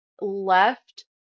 left